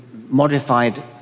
modified